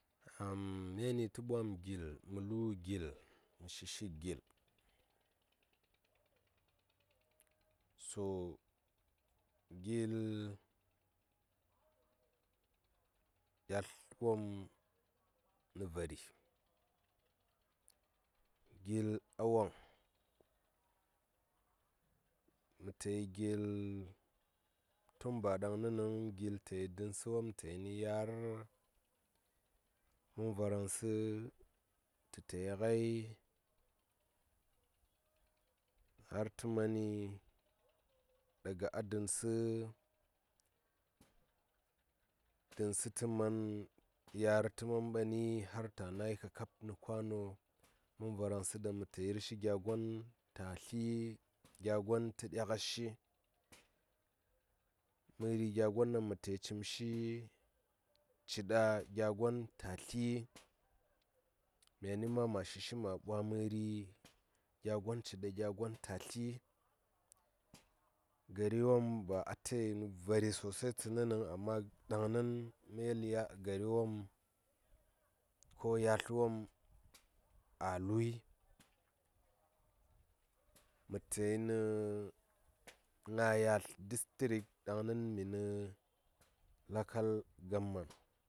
Myani tə ɓwam ghil mə lu ghilmə shi shi ghil so ghili yalt wom nə vari ghil a woŋ mə ta yi ghil tu ba ɗaŋni nəŋ mə ta yi dəŋsə wom ta yini yar mən varaŋsə tə ta ya ngai har tə mani daga a dəŋsə dənsə tə mani yar tə man ɓani har ta nayi kakab nə kwano mən varaŋsə ɗaŋ mə ta yir shi gya gon ta tli gya gon tə ɗya ngas shi məri gya gon ɗaŋ mə ta yi cim shi ci ɗa gya gon ta tli myani ma shi shi ma ɓwa məri gya gon ci ɗa gya gon ta tli. gari wom ba ata yini vari sosai tsəni nəŋ amma ɗaŋnin mə yeli gari wom ko yalt wom a lui mə ta yini ngaa- yalt ditirik amma dɗaŋni mini lokal gofmen.